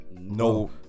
No